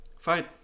Fine